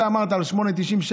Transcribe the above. אתה אמרת 8.90,